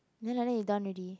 then like that you done already